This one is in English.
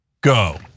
Go